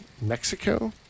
Mexico